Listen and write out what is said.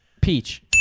Peach